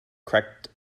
cracked